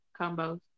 combos